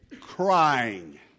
crying